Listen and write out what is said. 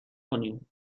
کنیم